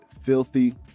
filthy